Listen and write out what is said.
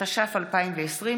התש"ף 2020,